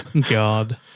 God